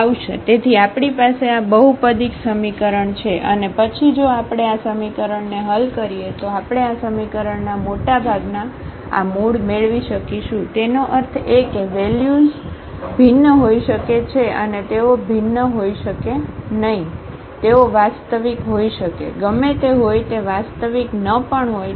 તેથી આપણી પાસે આ બહુપદીિક સમીકરણ છે અને પછી જો આપણે આ સમીકરણને હલ કરીએ તો આપણે આ સમીકરણના મોટાભાગના આ મૂળ મેળવી શકીશું તેનો અર્થ એ કે values ભિન્ન હોઈ શકે છે અને તેઓ ભિન્ન હોઈ શકે નહીં તેઓ વાસ્તવિક હોઈ શકે ગમે તે હોય તે વાસ્તવિક ન પણ હોય